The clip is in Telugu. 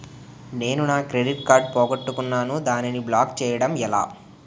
నేను నా క్రెడిట్ కార్డ్ పోగొట్టుకున్నాను దానిని బ్లాక్ చేయడం ఎలా?